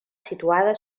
situada